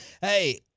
Hey